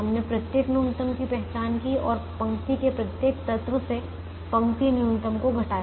हमने पंक्ति न्यूनतम की पहचान की और पंक्ति के प्रत्येक तत्व से पंक्ति न्यूनतम को घटाया